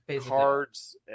cards